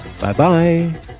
Bye-bye